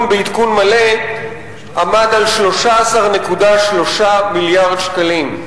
בעדכון מלא עמד על 13.3 מיליארד שקלים.